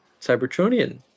Cybertronian